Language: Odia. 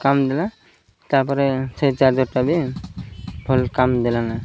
କାମ ଦେଲା ତା'ପରେ ସେ ଚାର୍ଜର୍ଟା ବି ଭଲ କାମ ଦେଲା ନହିଁ